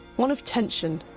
one of tension,